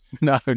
No